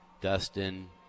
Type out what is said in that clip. Dustin